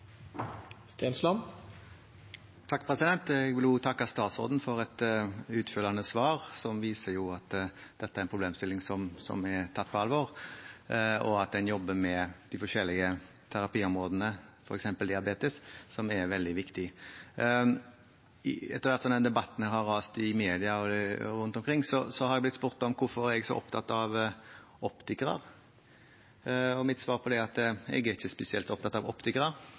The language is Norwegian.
en problemstilling som er tatt på alvor, og at en jobber med de forskjellige terapiområdene, f.eks. diabetes, som er veldig viktig. Etter hvert som denne debatten har rast i media rundt omkring, har jeg blitt spurt om hvorfor jeg er så opptatt av optikere. Mitt svar på det er at jeg ikke er spesielt opptatt av optikere.